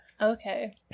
Okay